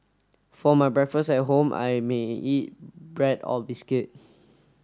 for my breakfast at home I may eat bread or biscuit